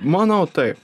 manau taip